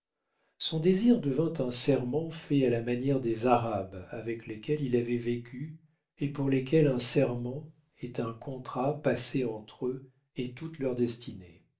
son désir devint un serment fait à la manière des arabes avec lesquels il avait vécu et pour lesquels un serment est un contrat passé entre eux et toute leur destinée